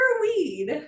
weed